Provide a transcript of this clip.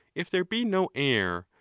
if there be no heir,